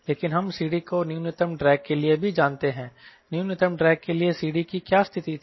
लेकिन हम CD को न्यूनतम ड्रैग के लिए भी जानते हैं न्यूनतम ड्रैग के लिए CD की क्या स्थिति थी